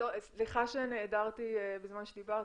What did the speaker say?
סליחה שנעדרתי בזמן שדיברת,